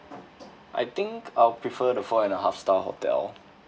I think I'll prefer the four and a half star hotel